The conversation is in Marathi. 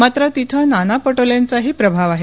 मात्र तिथं नाना पटोलेंचाही प्रभाव आहे